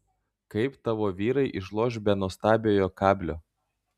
kaip tavo vyrai išloš be nuostabiojo kablio